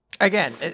again